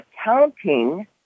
accounting